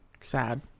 sad